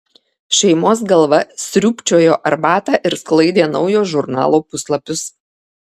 šeimos galva sriūbčiojo arbatą ir sklaidė naujo žurnalo puslapius